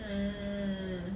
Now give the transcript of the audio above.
mm